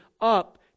up